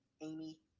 Amy